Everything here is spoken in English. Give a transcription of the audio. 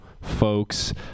folks